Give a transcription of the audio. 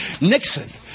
Nixon